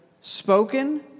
spoken